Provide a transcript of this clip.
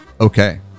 okay